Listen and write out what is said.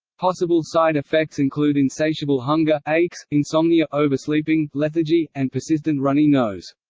possible side effects include insatiable hunger, aches, insomnia oversleeping, lethargy, and persistent runny nose.